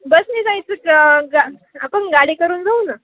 बसनी जायचं का गा आपण गाडी करून जाऊ ना